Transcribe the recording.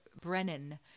Brennan